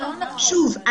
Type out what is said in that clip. שוב,